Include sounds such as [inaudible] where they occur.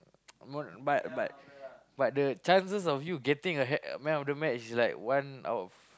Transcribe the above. [noise] but but but but the chances of you getting a ha~ man of the match is like one out of